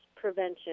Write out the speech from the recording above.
prevention